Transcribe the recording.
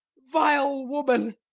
vile woman,